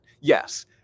Yes